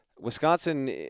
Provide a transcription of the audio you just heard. Wisconsin